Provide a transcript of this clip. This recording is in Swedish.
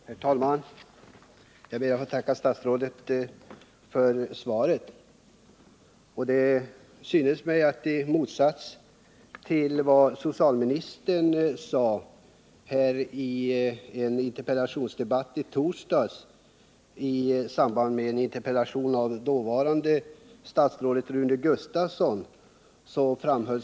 Herr talman! Jag ber att få tacka statsrådet för svaret. Det som sägs i svaret synes stå i motsatts till vad socialministern sade i en interpellationsdebatt i torsdags med förutvarande statsrådet Rune Gustavsson.